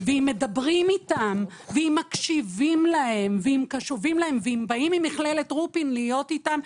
אם מדברים אתם מקשיבים וקשובים להם ואם באים ממכללת רופין להיות אתם,